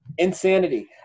insanity